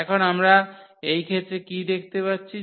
এখন আমরা এই ক্ষেত্রে কী দেখতে পাচ্ছি